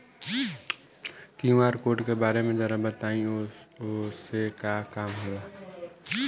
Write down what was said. QR code के बारे में जरा बताई वो से का काम होला?